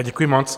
Děkuji moc.